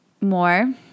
more